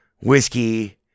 whiskey